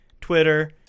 Twitter